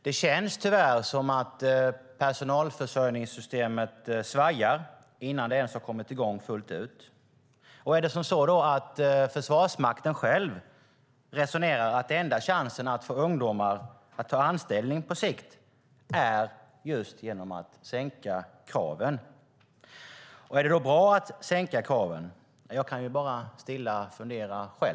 Det känns tyvärr som att personalförsörjningssystemet svajar innan det ens har kommit i gång fullt ut. Resonerar Försvarsmakten så att enda chansen att få ungdomar att ta anställning på sikt är just genom att sänka kraven? Är det då bra att sänka kraven? Jag kan bara själv stilla fundera.